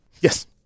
Yes